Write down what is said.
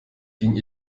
ging